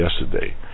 yesterday